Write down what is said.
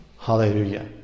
Hallelujah